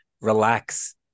relax